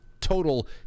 total